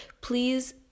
please